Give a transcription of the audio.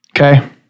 Okay